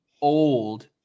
old